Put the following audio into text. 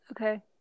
Okay